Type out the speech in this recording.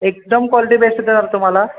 एकदम quality best देणार तुम्हाला